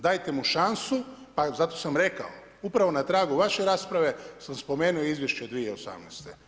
Dajte mu šansu, pa zato sam i rekao, upravo na tragu vaše rasprave, sam spomenuo izvješće 2018.